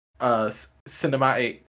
cinematic